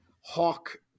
Hawk